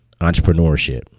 entrepreneurship